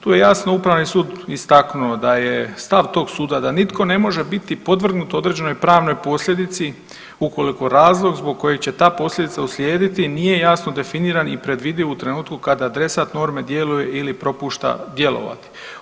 Tu je jasno upravni sud istaknuo da je stav tog suda da nitko ne može biti podvrgnut određenoj pravnoj posljedici ukoliko razlog zbog kojeg će ta posljedica uslijediti nije jasno definiran i predvidiv u trenutku kada adresat norme djeluje ili propušta djelovati.